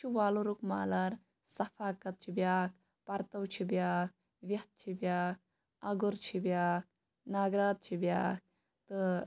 اکھ چھُ وۄلرُک مالار صفاقَت چھُ بیاکھ پَرتَو چھُ بیاکھ ویٚتھ چھ بیاکھ اَگُر چھُ بیاکھ ناگرات چھِ بیاکھ تہٕ